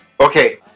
Okay